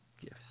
Yes